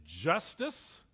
justice